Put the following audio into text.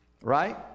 Right